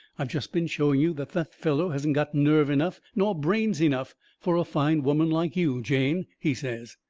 i've just been showing you that the fellow hasn't got nerve enough nor brains enough for a fine woman like you, jane, he says.